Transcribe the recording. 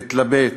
מתלבט,